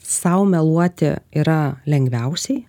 sau meluoti yra lengviausiai